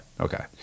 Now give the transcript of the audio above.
Okay